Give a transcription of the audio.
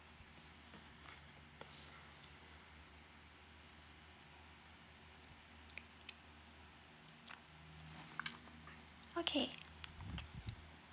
okay